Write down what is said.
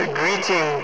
greeting